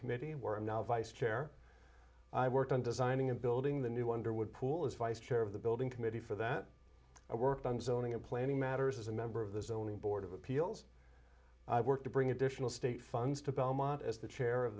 committee where i'm now vice chair i worked on designing and building the new underwood pool as vice chair of the building committee for that i worked on zoning and planning matters as a member of the zoning board of appeals i worked to bring additional state funds to belmont as the chair of